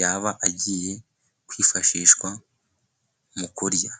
yaba agiye kwifashishwa mu kurya.